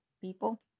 people